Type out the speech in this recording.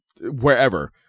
wherever